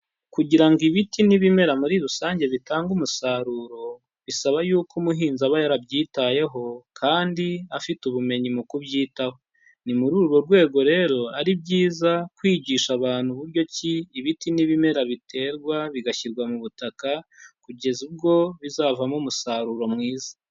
Kugira ngo ibiti n'ibimera muri rusange bitange umusaruro, bisaba yuko umuhinzi aba yarabyitayeho kandi afite ubumenyi mu kubyitaho. ni muri urwo rwego rero, ari byiza kwigisha abantu uburyo ki ibiti n'ibimera biterwa, bigashyirwa mu butaka, kugeza ubwo bizavamo umusaruro mwiza.